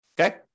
okay